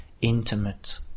intimate